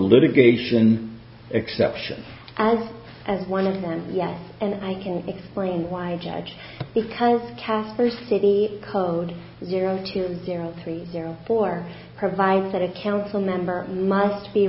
litigation exception as as one of them yes and i can explain why a judge because cash for city code zero two zero three zero four provides that a council member must be